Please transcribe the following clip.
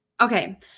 okay